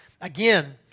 Again